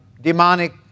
Demonic